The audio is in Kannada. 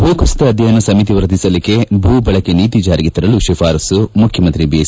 ಭೂಕುಸಿತ ಅಧ್ಯಯನ ಸಮಿತಿ ವರದಿ ಸಲ್ಲಿಕೆ ಭೂ ಬಳಕೆ ನೀತಿ ಜಾರಿಗೆ ತರಲು ಶಿಫಾರಸ್ತು ಮುಖ್ಯಮಂತ್ರಿ ಬಿಎಸ್